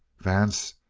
vance,